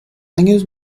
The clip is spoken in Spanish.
años